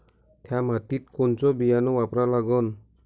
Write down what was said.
थ्या मातीत कोनचं बियानं वापरा लागन?